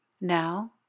Now